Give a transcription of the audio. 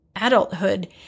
adulthood